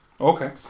Okay